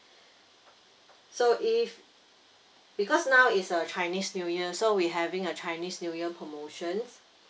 so if because now is uh chinese new year so we having a chinese new year promotions